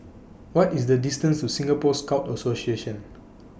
What IS The distances to Singapore Scout Association